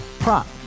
Prop